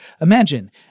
Imagine